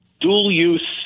dual-use